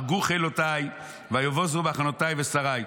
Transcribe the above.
הרגו חילותיי ויבוזו מחנותיי ושריי.